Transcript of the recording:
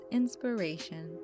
inspiration